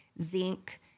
Zinc